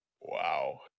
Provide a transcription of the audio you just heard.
Wow